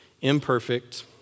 imperfect